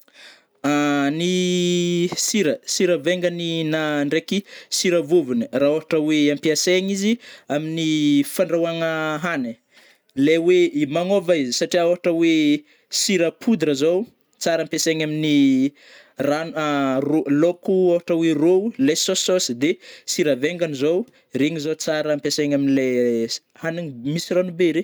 Ny sira- sira vaingany na ndraiky sira vôvony, rah ôhatra oe ampiasaigny izy amin'ny fandrahoagna hagny lay oe magnaôva izy satriao ôhatra oe sira poudre zao tsara ampiasaigny aminy rano rô laoko ôhatra oe rô lay sôsy sôsy de sira vaingany zao regny zao tsara ampiasaigna amle hagniny misy rano be re.